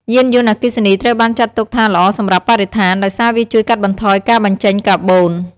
យានយន្តអគ្គិសនីត្រូវបានចាត់ទុកថាល្អសម្រាប់បរិស្ថាន ដោយសារវាជួយកាត់បន្ថយការបញ្ចេញកាបូន។